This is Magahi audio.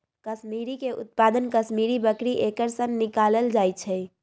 कस्मिरीके उत्पादन कस्मिरि बकरी एकर सन निकालल जाइ छै